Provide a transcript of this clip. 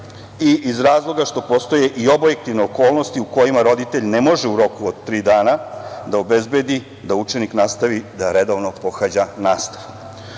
i iz razloga što postoje i objektivne okolnosti u kojima roditelj ne može u roku od tri dana da obezbedi da učenik nastavi da redovno pohađa nastavu. Na